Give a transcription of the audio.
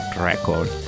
record